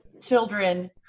children